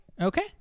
okay